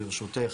ברשותך.